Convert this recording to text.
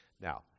Now